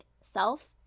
self